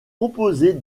composée